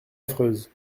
affreuse